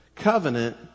covenant